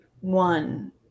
one